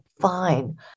fine